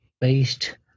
based